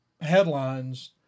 headlines